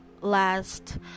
last